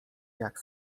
jak